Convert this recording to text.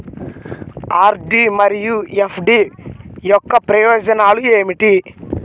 RD మరియు FD యొక్క ప్రయోజనాలు ఏమిటి?